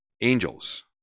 Angels